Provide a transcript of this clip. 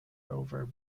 rover